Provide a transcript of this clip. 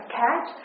catch